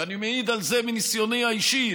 ואני מעיד על זה מניסיוני האישי,